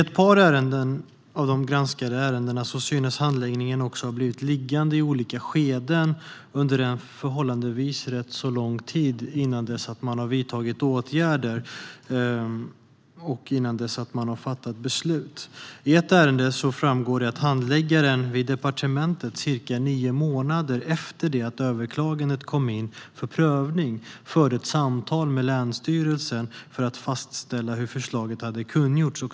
Ett par av de granskade ärendena tycks ha blivit liggande under en förhållandevis lång tid i olika skeden av handläggningen innan man vidtagit åtgärder och fattat beslut. I ett ärende framgår det att handläggaren vid departementet cirka nio månader efter det att överklagandet kom in för prövning förde ett samtal med länsstyrelsen för att fastställa hur förslaget hade kungjorts.